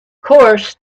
course